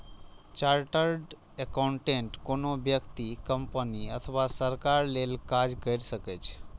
chartered accountant कोनो व्यक्ति, company अथवा सरकार लेल काज कैर सकै छै